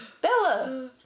Bella